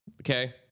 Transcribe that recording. okay